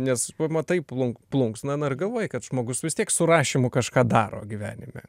nes pamatai plunk plunksną na ir galvoji kad žmogus vis tiek su rašymu kažką daro gyvenime